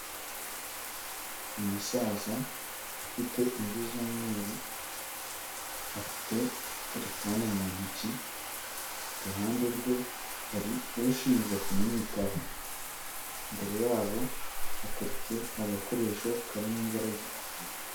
Umusaza ufite imvi z'umweru, afite terefone mu ntoki, iruhande rwe hari ushinzwe kumwitaho, imbere yabo hateretse agakoresho kari mu ibara ry'umukara.